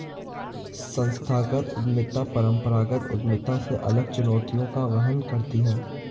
संस्थागत उद्यमिता परंपरागत उद्यमिता से अलग चुनौतियों का वहन करती है